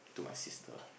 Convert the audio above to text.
to my sister